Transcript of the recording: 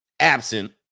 Absent